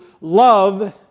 love